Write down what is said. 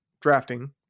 drafting